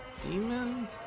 Demon